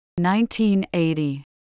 1980